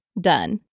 Done